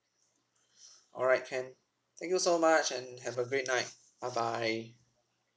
all right can thank you so much and have a great night bye bye